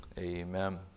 Amen